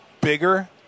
bigger